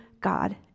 God